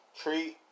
treat